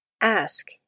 Ask